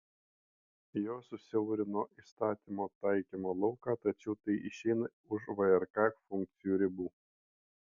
jos susiaurina įstatymo taikymo lauką tačiau tai išeina už vrk funkcijų ribų